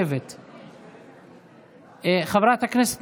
בעזרת השם,